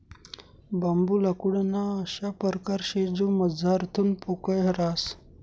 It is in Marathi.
बांबू लाकूडना अशा परकार शे जो मझारथून पोकय रहास